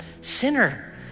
sinner